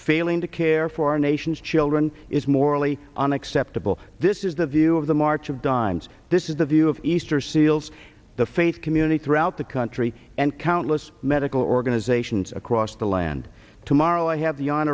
failing to care for our nation's children is morally unacceptable this is the view of the march of dimes this is the view of easter seals the faith community throughout the country and countless medical organizations across the land tomorrow i have